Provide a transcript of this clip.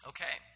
Okay